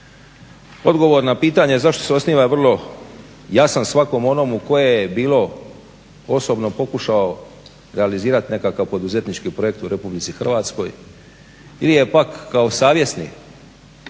Odgovor na pitanje zašto se osniva vrlo jasan svakom onomu koje je bilo osobno pokušao legalizirati nekakav poduzetnički projekt u RH ili je pak kao savjesni